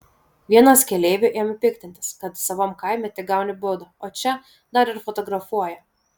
vienas keleivių ėmė piktintis kad savam kaime tik gauni baudą o čia dar ir fotografuoja